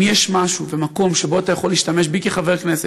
אם יש משהו או מקום שבו אתה יכול להשתמש בי כחבר כנסת,